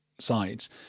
Sides